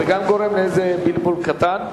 זה גם גורם לאיזה בלבול קטן.